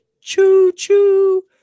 Choo-choo